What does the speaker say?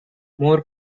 more